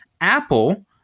Apple